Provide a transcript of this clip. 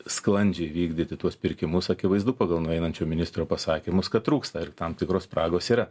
sklandžiai vykdyti tuos pirkimus akivaizdu pagal nueinančio ministro pasakymus kad trūksta ir tam tikros spragos yra